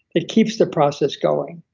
it keeps the process going.